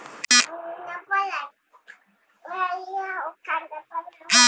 microfinance खातिर दिहल गईल कर्जा असुरक्षित कर्जा के रूप में दियाला